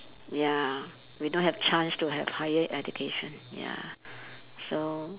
ya we don't have chance to have higher education ya so